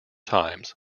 times